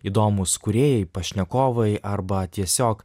įdomūs kūrėjai pašnekovai arba tiesiog